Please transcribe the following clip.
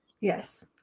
Yes